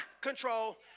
control